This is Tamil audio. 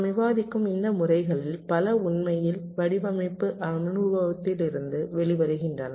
நாம் விவாதிக்கும் இந்த முறைகளில் பல உண்மையில் வடிவமைப்பு அனுபவத்திலிருந்து வெளிவருகின்றன